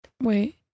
Wait